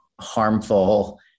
harmful